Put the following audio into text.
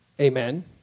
Amen